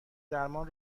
درمان